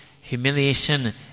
humiliation